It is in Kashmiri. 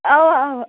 اوا اوا